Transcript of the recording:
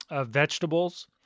vegetables